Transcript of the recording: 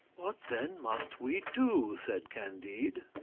what then must we do? said candide.